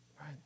right